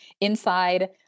inside